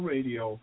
Radio